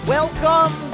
Welcome